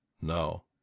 No